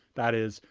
that is,